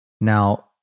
Now